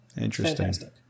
Interesting